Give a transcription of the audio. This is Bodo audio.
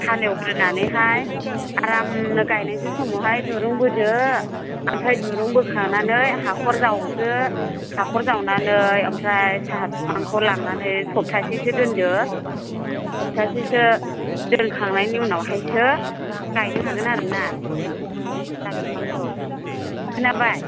हालेवग्रोनानैहाय आरामनो गायनोसै समावहाय दुरुं बोदो ओमफ्राय दुरुं बोखानानै हाख'र जावदो हाख'र जावनानै ओमफ्राय साहा बिफांखौ लांनानै सप्तासेसो दोन्दो सप्तासेसो दोनखांनायनि उनावहायसो गायनो हागोन आरो ना साहा फिफांखौ खोनाबाय